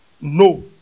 No